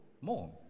more